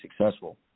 successful